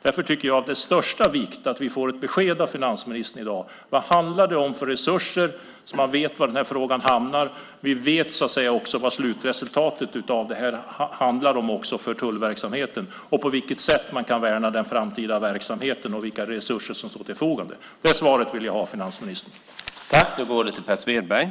Jag tycker att det är av största vikt att vi får ett besked av finansministern i dag så att vi vet var den här frågan hamnar, vad slutresultatet av detta blir för tullverksamheten och på vilket sätt man kan värna den framtida verksamheten. Vilka resurser handlar det om? Det svaret vill jag ha, finansministern.